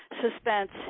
suspense